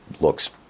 looks